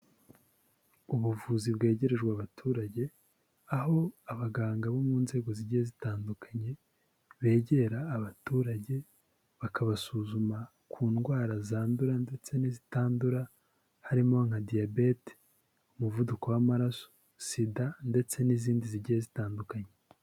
Ubuvuzi bwegerejwe abaturage, aho abaganga bo mu nzego zigiye zitandukanye, begera abaturage, bakabasuzuma ku ndwara zandura ndetse n'izitandura, harimo nka Diyabete umuvuduko w'amaraso, SIDA ndetse n'izindi zigiye zitandukanye.